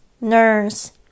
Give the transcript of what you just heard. Nurse